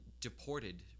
deported